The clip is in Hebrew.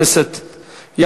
השר לביטחון הפנים,